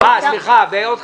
מי נגד?